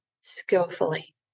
skillfully